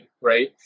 right